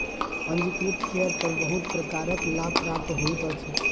पंजीकृत शेयर पर बहुत प्रकारक लाभ प्राप्त होइत अछि